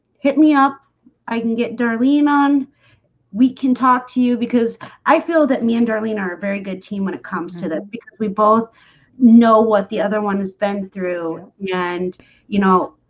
hit me up i can get darlene on we can talk to you because i feel that me and darlene are a very good team when it comes to this because we both know what the other one has been through yeah and you know,